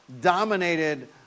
dominated